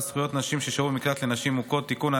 (זכויות נשים ששהו במקלט לנשים מוכות) (תיקון,